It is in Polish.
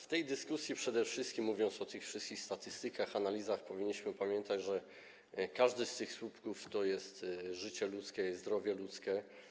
W tej dyskusji, przede wszystkim mówiąc o tych wszystkich statystykach, analizach, powinniśmy pamiętać, że każdy z tych słupków dotyczy życia i zdrowia ludzkiego.